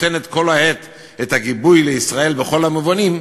נותנת כל העת את הגיבוי לישראל בכל המובנים,